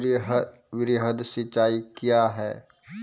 वृहद सिंचाई कया हैं?